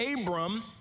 Abram